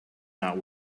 not